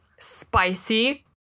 spicy